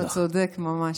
אתה צודק ממש.